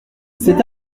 cet